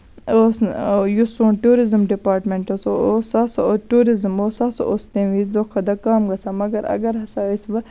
اوس نہٕ یُس سون ٹیوٗرِزٕم ڈِپاٹمیٚنٹ اوس سُہ سا اوس ٹیوٗزِزٕم اوس سُہ سا اوس تَمہِ وِزِ دۄہ کۄتہٕ دۄہ کَم گژھان مَگر اَگر ہسا أسۍ